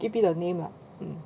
give me the name lah mm